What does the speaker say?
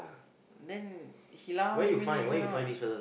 then he last minute cannot